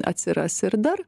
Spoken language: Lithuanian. atsiras ir dar